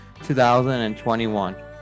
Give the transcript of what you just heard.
2021